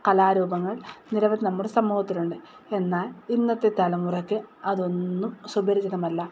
കലാരൂപങ്ങൾ നിരവധി നമ്മുടെ സമൂഹത്തിൽ ഉണ്ട് എന്നാൽ ഇന്നത്തെ തലമുറയ്ക്ക് അതൊന്നും സുപരിചിതമല്ല